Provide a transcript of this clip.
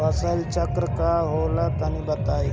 फसल चक्रण का होला तनि बताई?